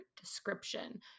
description